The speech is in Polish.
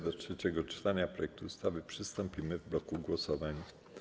Do trzeciego czytania projektu ustawy przystąpimy w bloku głosowań.